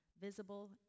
visible